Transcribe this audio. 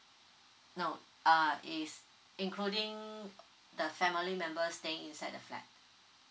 no uh is including the family members staying inside the flat